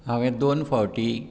हावें दोन फावटी